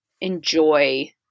enjoy